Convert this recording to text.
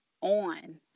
on